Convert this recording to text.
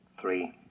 Three